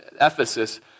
Ephesus